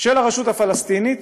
של הרשות הפלסטינית,